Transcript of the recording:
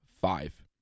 five